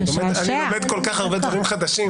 אני לומד כל כך הרבה דברים חדשים.